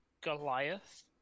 goliath